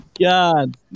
God